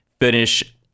finish